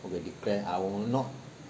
okay declare I will not